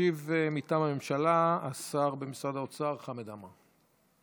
ישיב מטעם הממשלה השר במשרד האוצר חמד עמאר.